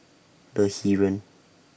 The Heeren